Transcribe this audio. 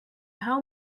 how